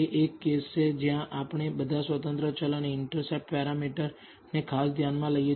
એ એક કેસ છે જ્યાં આપણે બધા સ્વતંત્ર ચલ અને ઇન્ટરસેપ્ટ પેરામીટરને ધ્યાનમાં લઈએ છીએ